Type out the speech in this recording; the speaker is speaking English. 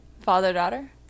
Father-daughter